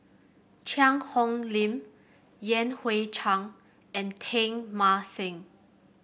Cheang Hong Lim Yan Hui Chang and Teng Mah Seng